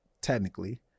technically